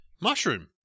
Mushroom